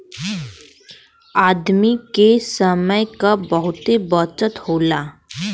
आदमी के समय क बहुते बचत होला